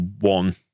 one